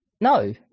No